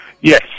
Yes